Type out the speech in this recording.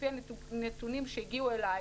לפי הנתונים שהגיעו אלי,